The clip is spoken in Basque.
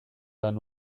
lan